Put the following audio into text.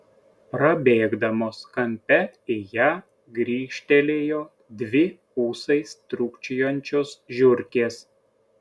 prabėgdamos kampe į ją grįžtelėjo dvi ūsais trūkčiojančios žiurkės